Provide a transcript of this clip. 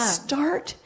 start